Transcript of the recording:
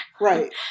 right